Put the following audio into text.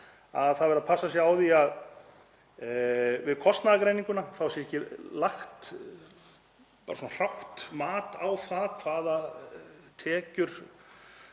að það verði að passa sig á því að við kostnaðargreininguna sé ekki lagt hrátt mat á það hvaða tekjur